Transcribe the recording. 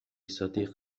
صديق